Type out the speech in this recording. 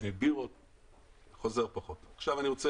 תתכנס